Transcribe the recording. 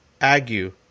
ague